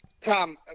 Tom